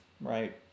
right